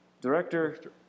Director